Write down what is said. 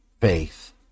faith